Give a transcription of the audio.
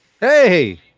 Hey